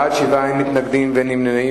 בעד, 7, אין מתנגדים, אין נמנעים.